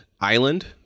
island